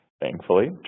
Thankfully